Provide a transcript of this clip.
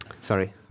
Sorry